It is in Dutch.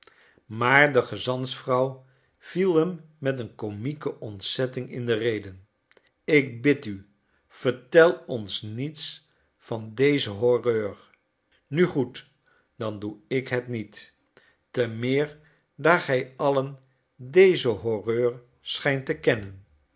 maar de gezantsvrouw viel hem met een komieke ontzetting in de rede ik bid u vertel ons niets van deze horreur nu goed dan doe ik het niet te meer daar gij allen deze horreur schijnt te kennen